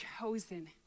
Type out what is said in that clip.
chosen